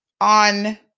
on